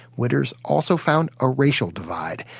witters also found a racial divide.